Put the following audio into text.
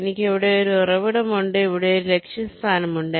എനിക്ക് ഇവിടെ ഒരു ഉറവിടമുണ്ട് എനിക്ക് ഇവിടെ ഒരു ലക്ഷ്യസ്ഥാനമുണ്ട്